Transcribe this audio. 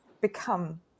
become